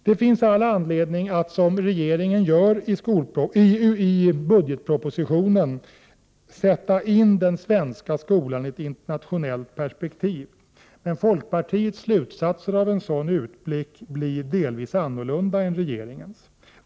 Det finns all anledning att, som regeringen gör i budgetpropositionen, sätta in den svenska skolan i ett internationellt perspektiv. Men folkpartiets slutsatser av en sådan utblick blir delvis annorlunda än regeringens.